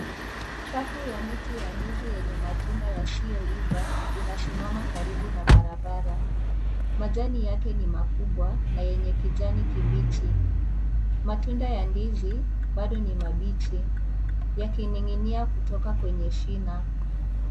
Safu ya miti ya ndizi yenye matunda yasio iva inasimama karibu na barabara. Majani yake ni makubwa na yenye kijani kibichi. Matunda ya ndizi bado ni mabichi, yakininginia kwenye shina.